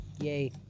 Yay